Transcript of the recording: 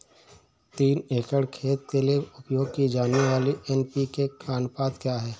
तीन एकड़ खेत के लिए उपयोग की जाने वाली एन.पी.के का अनुपात क्या है?